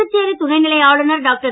புதுச்சேரி துணைநிலை ஆளுநர் டாக்டர்